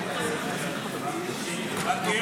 רצו מישהו באות מ'.